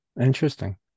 Interesting